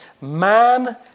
man